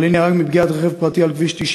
חליל נהרג מפגיעת רכב פרטי על כביש 90